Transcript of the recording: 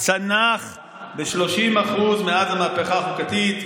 צנח ב-30% מאז המהפכה החוקתית.